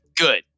Good